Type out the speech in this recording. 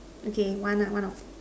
okay one ah one out